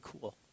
cool